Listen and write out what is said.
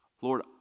Lord